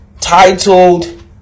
titled